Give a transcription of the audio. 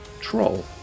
troll